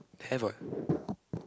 have what